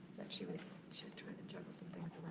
that she was, she was trying to juggle some things